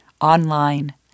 online